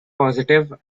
positive